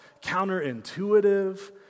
counterintuitive